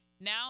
Now